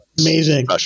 amazing